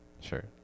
Sure